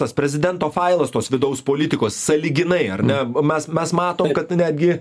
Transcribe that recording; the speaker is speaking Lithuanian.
tas prezidento failas tos vidaus politikos sąlyginai ar ne mes mes matom kad netgi